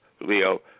Leo